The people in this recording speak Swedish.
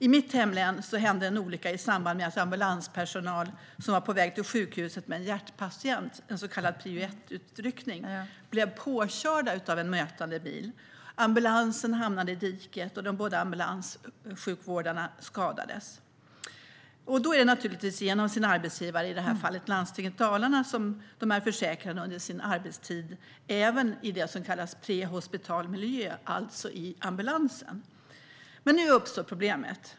I mitt hemlän hände en olycka då ambulanspersonal som var på väg till sjukhuset med en hjärtpatient, en så kallad prio 1-utryckning, blev påkörd av en mötande bil. Ambulansen hamnade i diket, och de båda ambulanssjukvårdarna skadades. Genom sin arbetsgivare Landstinget Dalarna var de givetvis försäkrade under arbetstid, även i så kallad prehospital miljö, alltså i ambulansen. Men nu uppstår problemet.